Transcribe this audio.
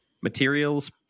Materials